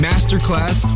Masterclass